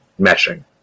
meshing